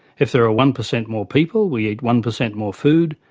if there are one percent more people we eat one percent more food,